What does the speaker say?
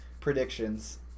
predictions